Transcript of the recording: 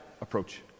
approach